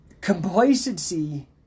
complacency